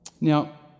Now